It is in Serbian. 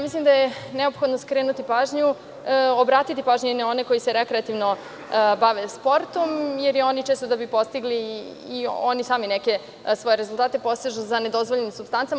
Mislim da je neophodno skrenuti pažnju i obratiti pažnju na one koji se rekreativno bave sportom jer i oni često da bi postigli svoje rezultate posežu za nedozvoljenim supstancama.